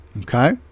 Okay